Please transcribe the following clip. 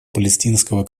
палестинского